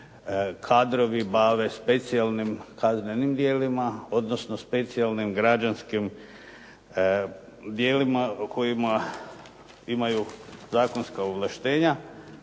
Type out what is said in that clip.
kadrovi bave specijalnim kaznenim djelima odnosno specijalnim građanskim djelima o kojima imaju zakonska ovlaštenja,